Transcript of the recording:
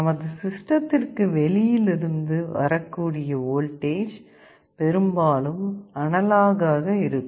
நமது சிஸ்டத்திற்கு வெளியிலிருந்து வரக்கூடிய வோல்டேஜ் பெரும்பாலும் அனலாக் ஆக இருக்கும்